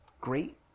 great